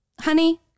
honey